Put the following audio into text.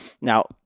Now